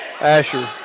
Asher